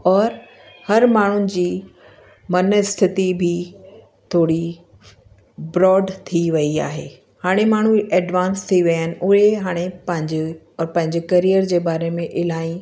और हर माण्हूअ जी मन स्थिति बि थोरी ब्रॉड थी वेई आहे हाणे माण्हू एडवांस थी विया आहिनि उहे हाणे पंहिंजे पंहिंजे करियर जे बारे में इलाही